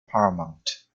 paramount